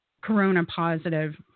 corona-positive